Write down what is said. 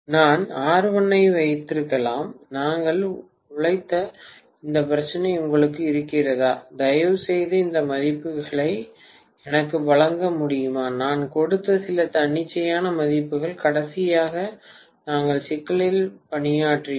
நான் R1 ஐ வைத்திருக்கலாம் நாங்கள் உழைத்த அந்த பிரச்சனை உங்களுக்கு இருக்கிறதா தயவுசெய்து அந்த மதிப்புகளை எனக்கு வழங்க முடியுமா நான் கொடுத்த சில தன்னிச்சையான மதிப்புகள் கடைசியாக நாங்கள் சிக்கலில் பணியாற்றினோம்